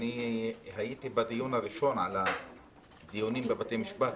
אני הייתי בדיון הראשון על הדיונים בבתי המשפט.